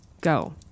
go